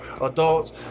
adults